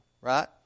right